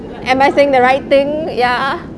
am I saying the right thing ya